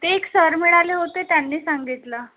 ते एक सर मिळाले होते त्यांनी सांगितलं